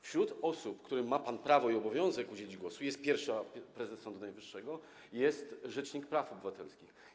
Wśród osób, którym ma pan prawo i obowiązek udzielić głosu, jest pierwsza prezes Sądu Najwyższego, jest rzecznik praw obywatelskich.